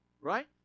Right